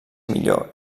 millor